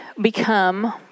become